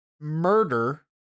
murder